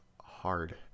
hard